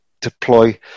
deploy